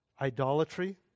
idolatry